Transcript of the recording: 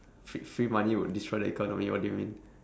fre~ free money would destroy the economy what do you mean